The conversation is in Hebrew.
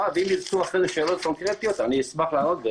ואם ירצו אחרי זה שאלות קונקרטיות אני אשמח לענות.